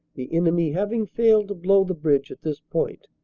the enemy having failed to blow the bridge at this point.